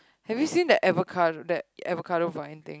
have you seen the avocado that avocado vine thing